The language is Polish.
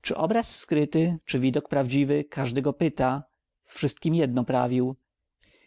czy obraz skryty czy widok prawdziwy każdy go pyta wszystkim jedno prawił